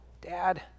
Dad